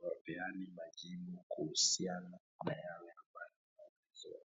wapeane majibu kuhusiana na yale ambayo wanasoma.